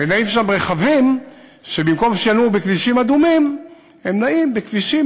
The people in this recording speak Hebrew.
ונעים שם רכבים שבמקום שינועו בכבישים אדומים הם נעים בכבישים